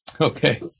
Okay